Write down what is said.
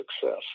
success